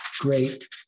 great